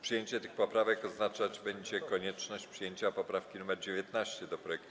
Przyjęcie tych poprawek oznaczać będzie konieczność przyjęcia poprawki nr 19 do projektu